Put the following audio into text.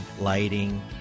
lighting